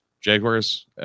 Jaguars